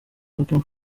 looking